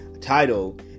title